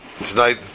tonight